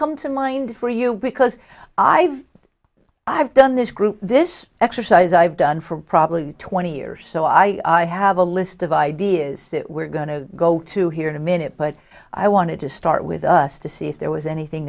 come to mind for you because i've i've done this group this exercise i've done for probably twenty years so i have a list of ideas that we're going to go to here in a minute but i wanted to start with us to see if there was anything